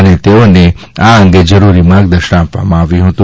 અને તેઓને તે અંગે જરૂરી માર્ગદર્શન આપવામાં આવ્યું હતું